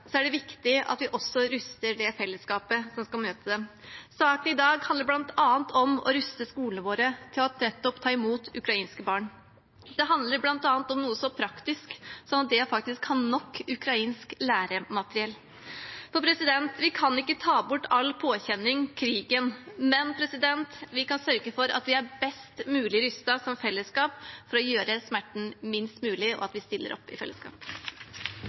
er det viktig at vi også ruster det fellesskapet som skal møte dem. Saken i dag handler bl.a. om å ruste skolene våre til nettopp å ta imot ukrainske barn. Det handler bl.a. om noe så praktisk som det å ha nok ukrainsk læremateriell. Vi kan ikke ta bort all påkjenning fra krigen, men vi kan sørge for at vi som fellesskap er best mulig rustet for å gjøre smerten minst mulig, og at vi stiller opp i fellesskap.